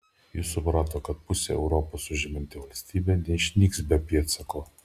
jis suprato kad pusę europos užimanti valstybė neišnyks be pėdsako